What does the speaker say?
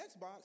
Xbox